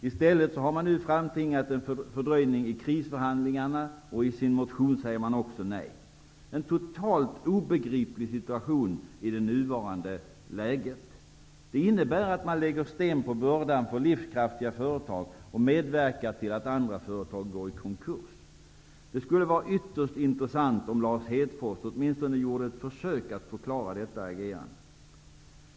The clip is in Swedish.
I stället har man nu i samband med krisförhandlingarna framtvingat en fördröjning. I sin motion säger man också nej. Det är en totalt obegriplig åtgärd i den nuvarande svåra situationen. Det innebär att man lägger sten på börda för livskraftiga företag och medverkar till att andra går i konkurs. Det skulle vara ytterst intressant om Lars Hedfors åtminstone gjorde ett försök att förklara detta agerande.